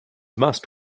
must